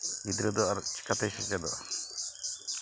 ᱜᱤᱫᱽᱨᱟᱹ ᱫᱚ ᱟᱨ ᱪᱤᱠᱟᱹᱛᱮᱭ ᱥᱮᱪᱮᱫᱚᱜᱼᱟ